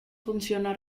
funciona